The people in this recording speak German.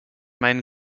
meinen